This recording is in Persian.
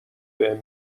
بهم